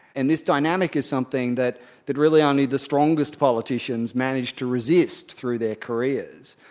and this dynamic is something that that really only the strongest politicians manage to resist through their careers.